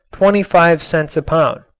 twenty five cents a pound.